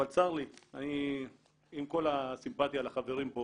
אבל צר לי, עם כל הסימפטיה לחברים פה